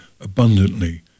abundantly